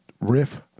Riff